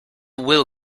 will